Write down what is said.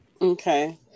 Okay